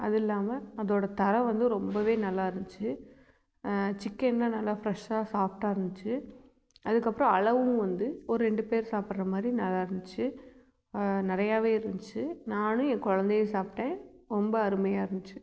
அதெல்லாம அதோடய தரம் வந்து ரொம்பவே நல்லா இருந்துச்சி சிக்கனெலாம் நல்லா ஃப்ரெஷ்ஷாக சாஃப்ட்டாக இருந்துச்சி அதுக்கப்புறம் அளவும் வந்து ஒரு ரெண்டு பேரு சாப்புடுற மாதிரி நல்லா இருந்துச்சி நிறையாவே இருந்துச்சி நானும் என் குழந்தையும் சாப்பிட்டேன் ரொம்ப அருமையாக இருந்துச்சி